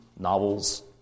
Novels